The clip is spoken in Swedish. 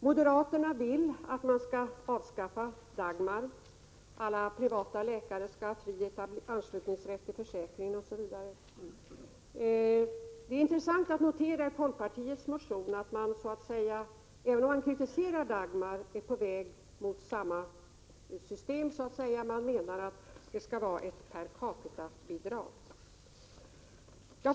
Moderaterna vill att man skall avskaffa Dagmar — alla privatläkare skall ha fri anslutningsrätt till sjukförsäkringen, osv. Det är intressant att notera att folkpartiet i sin motion — även om man kritiserar Dagmar — är på väg mot samma system; folkpartiet anser att det skall vara ett per capita-bidrag.